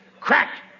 Crack